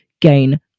gain